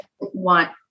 want